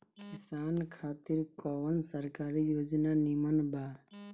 किसान खातिर कवन सरकारी योजना नीमन बा?